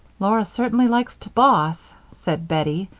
laura certainly likes to boss, said bettie,